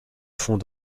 font